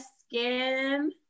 skin